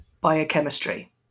Biochemistry